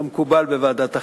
כמקובל בוועדת החינוך,